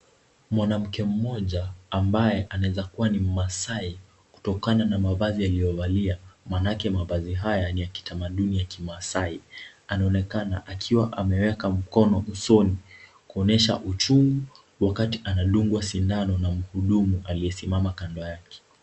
Mwanamke mmoja ambaye anaweza kuwa ni mmaasai kutokana na mavazi aliyovalia manake mavazi haya ni ya kitamaduni ya kimaasai anaonekana akiwa ameweka mkono usoni kuonyesha uchungu wakati anadungwa sindano na mhudumu aliyesimama kando yake.